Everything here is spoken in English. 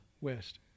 West